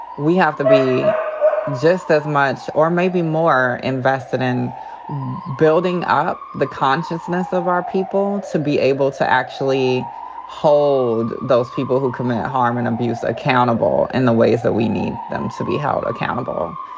we have to be just as much or maybe more invested in building up the consciousness of our people to be able to actually hold those people who commit harm and abuse accountable in the ways that we need them to be held accountable.